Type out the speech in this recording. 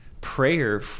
Prayer